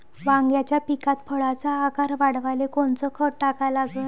वांग्याच्या पिकात फळाचा आकार वाढवाले कोनचं खत टाका लागन?